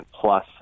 Plus